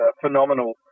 phenomenal